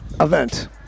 event